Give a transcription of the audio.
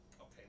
Okay